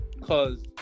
cause